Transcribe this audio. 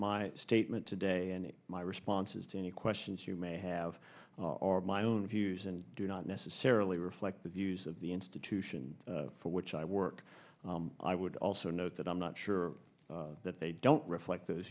my statement today and my responses to any questions you may have are my own views and do not necessarily reflect the views of the institution for which i work i would also note that i'm not sure that they don't reflect those